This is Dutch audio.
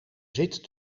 zit